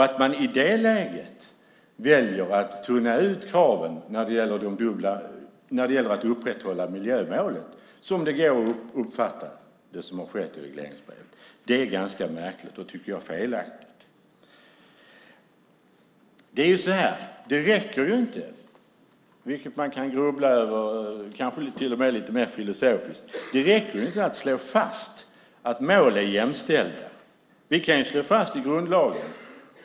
Att man i det läget väljer att tunna ut kraven för att upprätthålla miljömålen, som det går att uppfatta i regleringsbrevet, är ganska märkligt och felaktigt. Man kan kanske grubbla lite mer filosofiskt över detta. Det räcker inte att slå fast att mål är jämställda. Vi kan slå fast det i grundlagen.